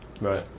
Right